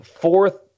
fourth